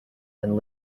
and